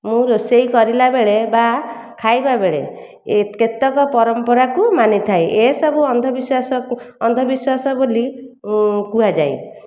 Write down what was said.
ମୁଁ ରୋଷେଇ କରିଲାବେଳେ ବା ଖାଇବାବେଳେ ଏ କେତେକ ପରମ୍ପରାକୁ ମାନିଥାଏ ଏ ସବୁ ଅନ୍ଧବିଶ୍ୱାସ କୁ ଅନ୍ଧବିଶ୍ୱାସ ବୋଲି କୁହାଯାଏ